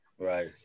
Right